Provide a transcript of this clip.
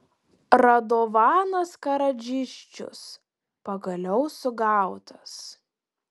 radovanas karadžičius pagaliau sugautas